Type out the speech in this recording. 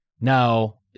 Now